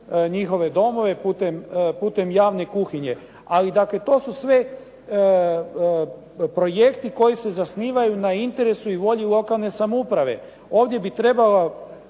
njihove domove putem javne kuhinje. Ali dakle, to su sve projekti koji se zasnivaju na interesu i volji lokalne samouprave. Ovdje bi trebalo